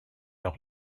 leur